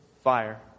fire